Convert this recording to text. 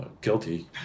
guilty